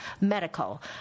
medical